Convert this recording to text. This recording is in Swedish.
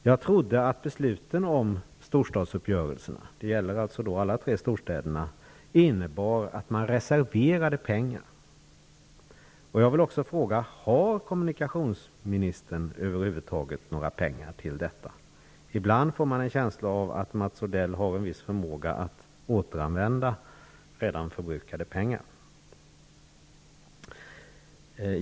Jag trodde att besluten i storstadsfrågorna -- det gäller alltså alla de tre storstäderna -- innebar att man reserverade pengar. Har kommunikationsministern över huvud taget några pengar till detta? Ibland får man en känsla av att Mats Odell har en viss förmåga att återanvända redan förbrukade pengar.